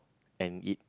and eat